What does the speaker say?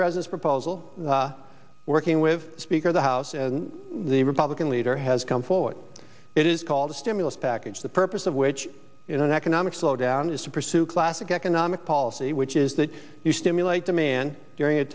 president's proposal working with speaker the house and the republican leader has come forward it is called a stimulus package the purpose of which in an economic slowdown is to pursue classic economic policy which is that you stimulate demand during a